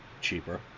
cheaper